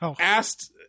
asked